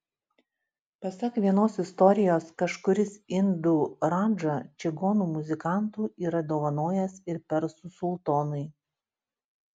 pasak vienos istorijos kažkuris indų radža čigonų muzikantų yra dovanojęs ir persų sultonui